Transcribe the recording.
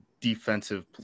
defensive